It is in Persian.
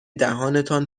دهانتان